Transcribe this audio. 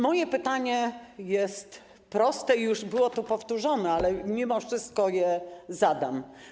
Moje pytanie jest proste i już było tu powtórzone, ale mimo wszystko je zadam.